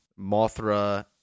Mothra